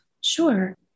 Sure